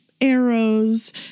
arrows